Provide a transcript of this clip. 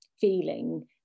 feeling